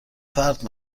فرد